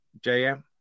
JM